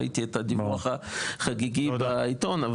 ראיתי את הדיווח החגיגי בעיתון,